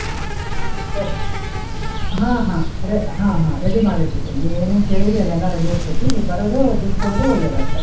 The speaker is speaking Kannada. ಹಾಂ ಸರಿ ಹಾಂ ಹಾಂ ರ ಹಾಂ ಹಾಂ ರೆಡಿ ಮಾಡಿ ಇಟ್ಟಿರ್ತೀನಿ ನೀನು ಏನು ಏನು ಕೇಳಿರಿ ಅವೆಲ್ಲ ರೆಡಿ ಇರ್ತೈತಿ ನೀವು ಬರೋದು ದುಡ್ಡು ಕೊಡೋದು ಒಯ್ಯೋದಷ್ಟೆ